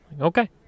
okay